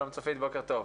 שלום צופית, בוקר טוב.